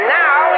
now